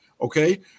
Okay